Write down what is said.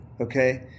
okay